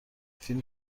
فیلم